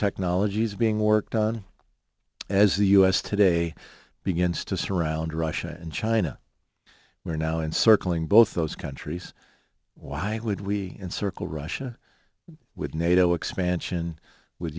technologies being worked on as the u s today begins to surround russia and china are now in circling both those countries why would we encircle russia with nato expansion with